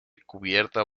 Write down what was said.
cubierta